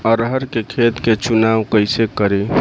अरहर के खेत के चुनाव कईसे करी?